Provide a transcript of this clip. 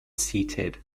seated